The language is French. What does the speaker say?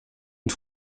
une